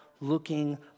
Looking